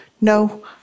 No